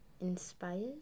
inspired